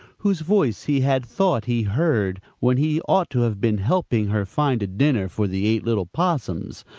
whose voice he had thought he heard, when he ought to have been helping her find a dinner for the eight little possums.